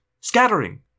scattering